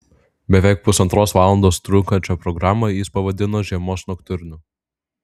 beveik pusantros valandos trunkančią programą jis pavadino žiemos noktiurnu